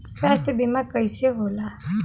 स्वास्थ्य बीमा कईसे होला?